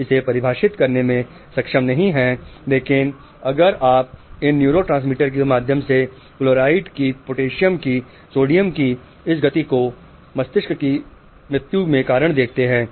हम इसे परिभाषित करने में सक्षम नहीं हैं लेकिन अगर आप मस्तिष्क की मृत्यु देखते हैं तो क्लोराइड पोटेशियम और सोडियम इन न्यूरोट्रांसमीटर के माध्यम से इसे व्यवस्थित करते हैं